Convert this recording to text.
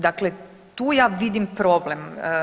Dakle, tu ja vidim problem.